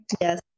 Yes